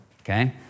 okay